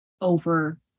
over